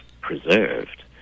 preserved